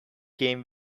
came